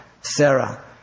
Sarah